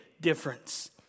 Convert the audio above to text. difference